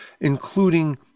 including